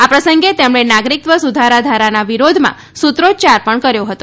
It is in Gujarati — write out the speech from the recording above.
આ પ્રસંગે તેમણે નાગરિકત્વ સુધારા ધારાના વિરોધમાં સૂત્રોચ્યાર પણ કર્યો હતો